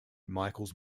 michaels